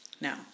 now